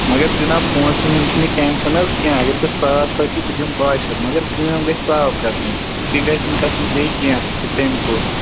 مگر جِناب پونٛسَن ہُنٛد چھِنہٕ ٹینشَن حظ کیٚنہہ اَگر ژےٚ ساس واتی بہٕ دِمہٕ بہہ شیٚتھ مگر کٲم گژھِ صاف گَژھٕنۍ یہِ گژھِ نہٕ گژھُن بیٚیہِ کیٚنہہ یہِ تٔمۍ کوٚر